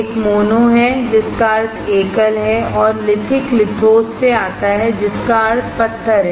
एक मोनो है जिसका अर्थ एकल है और लिथिक लिथोस से आता है जिसका अर्थ पत्थर है